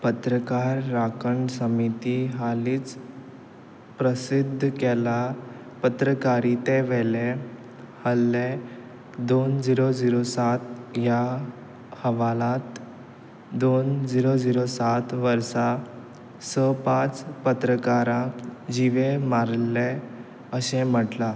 पत्रकार राखण समिती हालींच प्रसिध्द केलां पत्रकारीते वेले हल्ले दोन झिरो झिरो सात ह्या अहवालांत दोन झिरो झिरो सात वर्सां स पांच पत्रकारांक जिवे मारिल्ले अशें म्हटलां